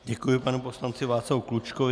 Děkuji panu poslanci Václavu Klučkovi.